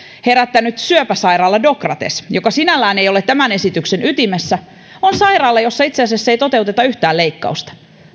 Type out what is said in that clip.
herättänyt syöpäsairaala docrates joka sinällään ei ole tämän esityksen ytimessä on sairaala jossa itse asiassa ei toteuteta yhtään leikkausta